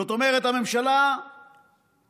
זאת אומרת, הממשלה עבריינית.